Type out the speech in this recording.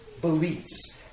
beliefs